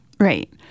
Right